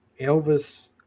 Elvis